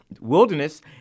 wilderness